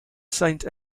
saint